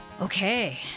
Okay